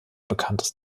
bekanntes